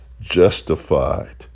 justified